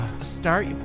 start